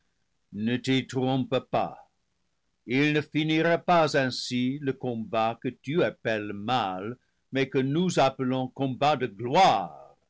ne t'y trompe pas il ne finira pas ainsi le combat que tu ap pelles mal mais que nous appelons combat de gloire